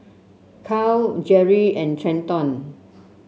Karl Jeri and Trenton